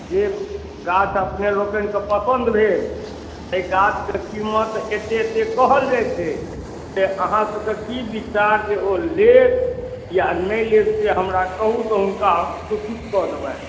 जे गाछ अपने लोकनि कऽ पसन्द भेल ताहि गाछके कीमत एतेक एतेक कहल जाइत छै से अहाँ सभकऽ की विचार जे ओ लेब या नहि लेब से हमरा कहु तऽ हुनका हम सूचित कऽ देबनि